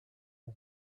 mon